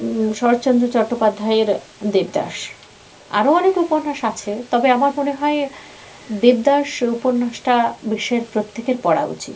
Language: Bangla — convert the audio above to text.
শরৎচন্দ্র চট্টোপাধ্যায়ের দেবদাস আরও অনেক উপন্যাস আছে তবে আমার মনে হয় দেবদাস উপন্যাসটা বিশ্বের প্রত্যেকের পড়া উচিত